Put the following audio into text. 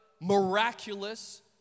miraculous